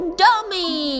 dummy